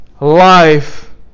life